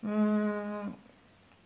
mm